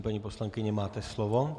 Paní poslankyně, máte slovo.